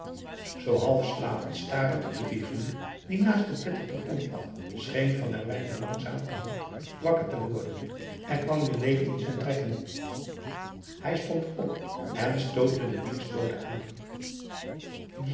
zoo half slapend starende op de figuur die naast het bed op den grond lag scheen van herwijnen langzamerhand wakker te worden er kwam weer leven in zijn trekken hij stond op en stootte de dienstbode aan